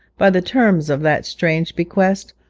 by the terms of that strange bequest,